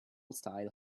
style